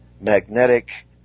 magnetic